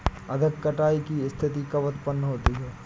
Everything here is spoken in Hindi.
अधिक कटाई की स्थिति कब उतपन्न होती है?